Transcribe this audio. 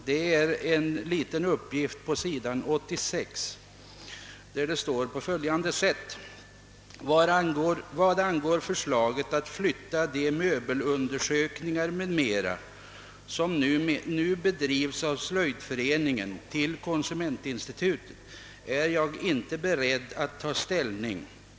Det gäller en liten uppgift på s. 86 i propositionen, där departementschefen gör följande uttalande: »Vad angår förslaget att flytta de möbelundersökningar m.m. som nu bedrivs av slöjdföreningen, till konsumentinstitutet är jag inte beredd att ta ställning.